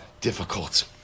difficult